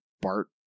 Bart